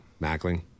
mackling